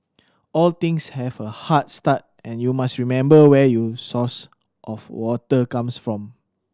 all things have a hard start and you must remember where your source of water comes from